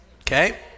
Okay